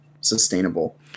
sustainable